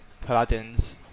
Paladins